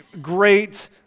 great